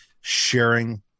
sharing